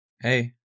Hey